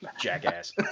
Jackass